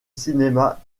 cinéma